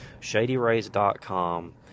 shadyrays.com